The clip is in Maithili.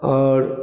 आओर